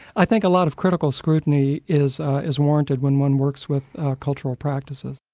i think a lot of critical scrutiny is is warranted when one works with cultural practices.